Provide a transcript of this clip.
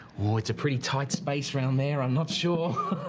oh, it's a pretty tight space around there, i'm not sure!